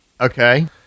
Okay